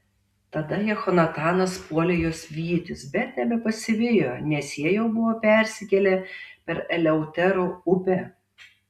tada jehonatanas puolė juos vytis bet nebepasivijo nes jie jau buvo persikėlę per eleutero upę